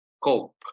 cope